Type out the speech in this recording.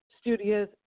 Studios